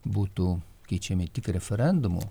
būtų keičiami tik referendumu